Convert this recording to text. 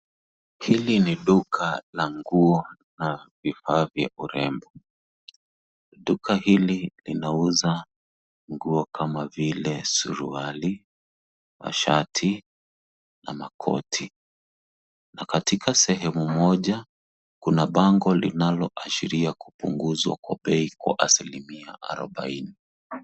Hili ni duka la nguo na vifaa vya urembo. Duka hili linauza nguo kama vile suruali, mashati na makoti, na katika sehemu moja kuna bango linaloashiria kupunguzwa kwa bei kwa asilimia 40.